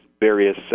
various